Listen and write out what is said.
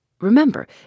Remember